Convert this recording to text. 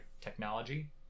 technology